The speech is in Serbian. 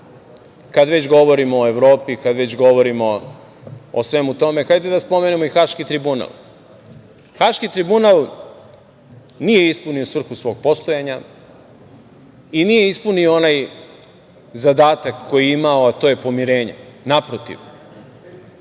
kad već govorimo o Evropi, kad već govorimo o svemu tome, hajde da spomenemo i Haški tribunal. Haški tribunal nije ispunio svrhu svog postojanja i nije ispunio onaj zadatak koji je imao, a to je pomirenje. Naprotiv,